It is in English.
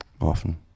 often